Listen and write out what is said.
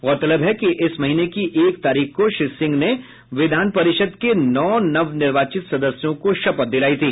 गौरतलब है कि इस महीने की एक तारीख को श्री सिंह ने विधान परिषद के नौ नव निर्वाचित सदस्यों को शपथ दिलायी थी